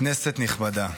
כנסת נכבדה,